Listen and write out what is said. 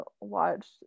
watch